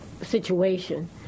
situation